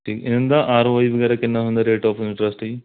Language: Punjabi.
ਅਤੇ ਇਨ੍ਹਾਂ ਆਰ ਓ ਆਈ ਵਗੈਰਾ ਕਿੰਨਾਂ ਹੁੰਦਾ ਰੇਟ ਆਫ ਇੰਟਰਸਟ ਜੀ